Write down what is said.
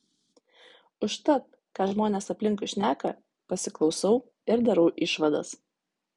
užtat ką žmonės aplinkui šneka pasiklausau ir darau išvadas